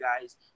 guys